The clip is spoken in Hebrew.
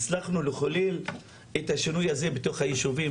איך אנחנו מצליחים לחולל את השינוי הזה בתוך היישובים,